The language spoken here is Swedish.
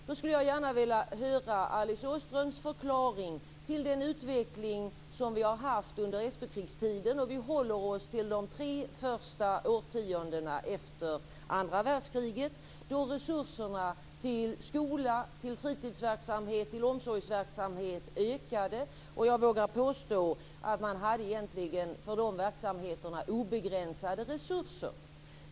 Då skulle jag gärna vilja höra Alice Åströms förklaring till den utveckling som vi har haft under efterkrigstiden, och vi håller oss då till de tre första årtiondena efter andra världskriget, då resurserna till skola, fritidsverksamhet och omsorgsverksamhet ökade. Jag vågar påstå att man egentligen hade för dessa verksamheter obegränsade resurser.